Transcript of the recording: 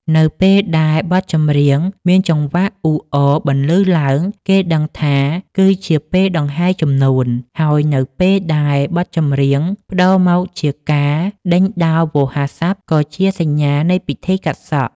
នៅពេលដែលបទចម្រៀងមានចង្វាក់អ៊ូអរបន្លឺឡើង គេដឹងថាគឺជាពេលដង្ហែជំនូន ហើយនៅពេលដែលបទចម្រៀងប្តូរមកជាការដេញដោលវោហារស័ព្ទ ក៏ជាសញ្ញានៃពិធីកាត់សក់។